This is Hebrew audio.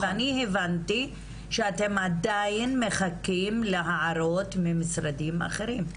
ואני הבנתי שאתם עדיין מחכים להערות ממשרדים אחרים.